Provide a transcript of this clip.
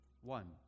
one